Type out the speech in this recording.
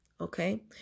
okay